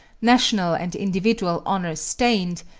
national and individual honor stained,